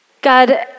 God